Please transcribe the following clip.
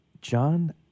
John